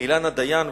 אילנה דיין.